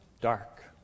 Dark